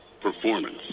performance